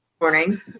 morning